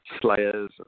slayers